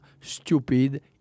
stupid